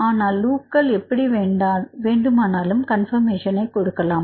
ஆனால் லூப்ப்புகள் எப்படி வேண்டுமானாலும் கன்பர்மேஷன் கொடுக்கலாம்